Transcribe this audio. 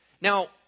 Now